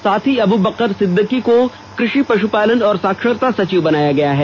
साथ ही अबुबकर सिद्दिकी को कृषि पष्टपालन और साक्षरता सचिव बनाया गया है